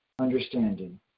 understanding